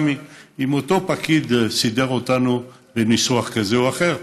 גם אם אותו פקיד סידר אותנו בניסוח כזה או אחר,